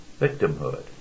victimhood